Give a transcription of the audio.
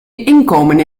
inkomen